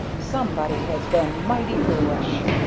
somebody has been mighty foolish.